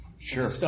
sure